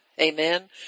Amen